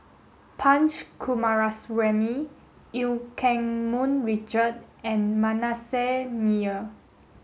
Punch Coomaraswamy Eu Keng Mun Richard and Manasseh Meyer